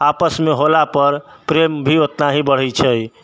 आपसमे होलापर प्रेम भी उतना ही बढ़ै छै